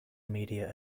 media